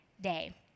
day